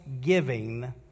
giving